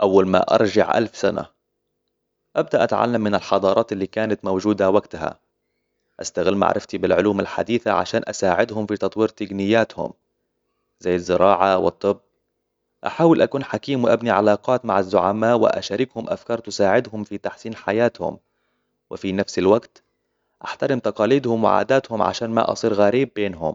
أول ما أرجع ألف سنة أبدأ أتعلم من الحضارات اللي كانت موجودة وقتها أستغل معرفتي بالعلوم الحديثة عشان أساعدهم في تطوير تقنياتهم زي الزراعة والطب أحاول أكون حكيم وأبني علاقات مع الزعما وأشاركهم أفكار تساعدهم في تحسين حياتهم وفي نفس الوقت أحترم تقاليدهم وعاداتهم عشان ما أصير غريب بينهم